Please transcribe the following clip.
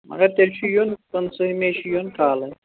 مَگر تیٚلہِ چھُ یُن پٍنٛژٕہمہِ چھُ یُن کالٕے